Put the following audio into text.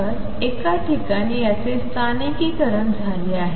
तर एका ठिकाणी याचे स्थानिकीकरण झाले आहे